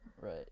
Right